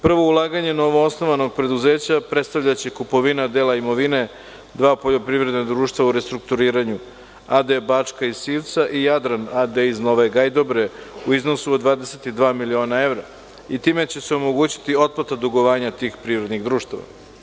Prvo ulaganje novoosnovanog preduzeća predstavljaće kupovina dela imovine dva poljoprivredna društva u restrukturiranju, AD „Bačka“ iz Sivca i „Jadran“ AD iz Nove Gajdobre u iznosu od 22 miliona evra i time će se omogućiti otplata dugovanja tih privrednih društava.